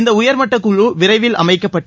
இந்த உயர்மட்டக் குழு விரைவில் அமைக்கப்பட்டு